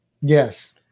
Yes